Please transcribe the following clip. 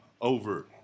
over